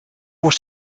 was